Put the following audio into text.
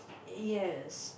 yes